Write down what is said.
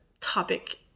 topic